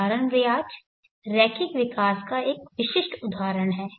साधारण ब्याज रैखिक विकास का विशिष्ट उदाहरण है